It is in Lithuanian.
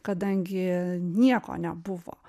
kadangi nieko nebuvo